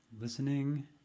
listening